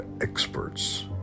experts